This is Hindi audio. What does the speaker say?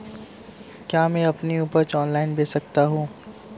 क्या मैं अपनी उपज ऑनलाइन बेच सकता हूँ?